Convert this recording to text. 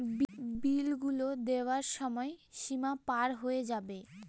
বিল গুলো দেওয়ার সময় সীমা পার হয়ে যাবে